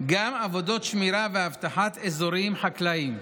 גם עבודת שמירה ואבטחת אזורים חקלאיים.